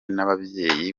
n’ababyeyi